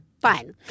fine